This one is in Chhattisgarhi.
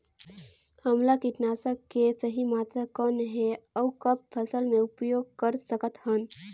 हमला कीटनाशक के सही मात्रा कौन हे अउ कब फसल मे उपयोग कर सकत हन?